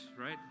right